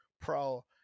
pro